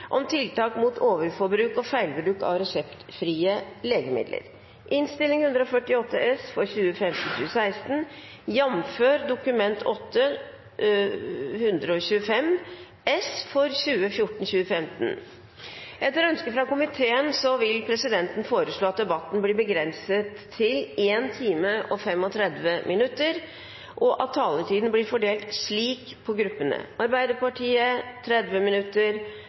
om ordet. Etter ønske fra helse- og omsorgskomiteen vil presidenten foreslå at sakene nr. 3 og 4 behandles under ett. – Det anses vedtatt. Etter ønske fra helse- og omsorgskomiteen vil presidenten foreslå at debatten blir begrenset til 1 time og 35 minutter, og at taletiden blir fordelt slik på gruppene: Arbeiderpartiet 30 minutter,